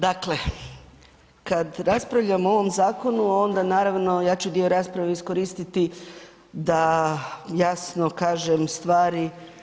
Dakle, kada raspravljamo o ovom zakonu onda naravno ja ću dio rasprave iskoristiti da jasno kažem stvari.